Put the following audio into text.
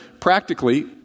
practically